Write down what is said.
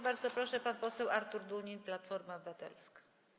Bardzo proszę, pan poseł Artur Dunin, Platforma Obywatelska.